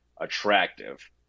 attractive